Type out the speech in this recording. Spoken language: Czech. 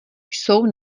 jsou